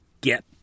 get